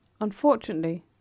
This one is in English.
Unfortunately